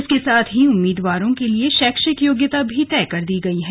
इसके साथ ही उम्मीदवारों के लिए शैक्षिक योग्यता भी तय कर दी गई है